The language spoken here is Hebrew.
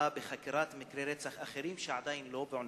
בחקירת מקרי רצח אחרים שעדיין לא פוענחו,